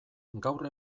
gaur